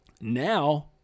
Now